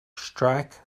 strike